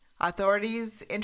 Authorities